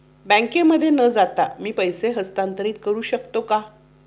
बँकेमध्ये न जाता मी पैसे हस्तांतरित करू शकतो का?